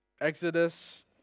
Exodus